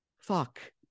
fuck